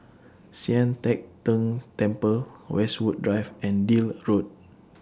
Sian Teck Tng Temple Westwood Drive and Deal Road